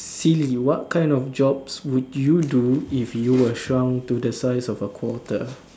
silly what kind of jobs would you do if you were shrunk to the size of quarter